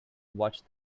watch